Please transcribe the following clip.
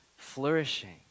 flourishing